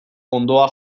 hondoa